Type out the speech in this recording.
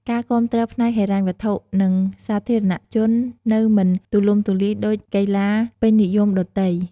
ការគាំទ្រផ្នែកហិរញ្ញវត្ថុ និងសាធារណជននៅមិនទូលំទូលាយដូចកីឡាពេញនិយមដទៃ។